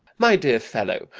my dear fellow,